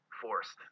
forced